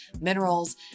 minerals